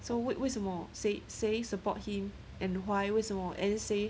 so 为为什么谁谁 support him and why 为什么 and say